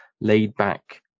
laid-back